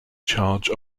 charge